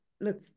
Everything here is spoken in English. Look